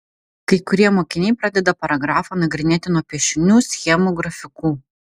kai kurie mokiniai pradeda paragrafą nagrinėti nuo piešinių schemų grafikų